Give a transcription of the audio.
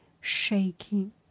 shaking